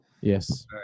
Yes